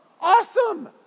Awesome